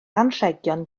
anrhegion